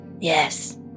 Yes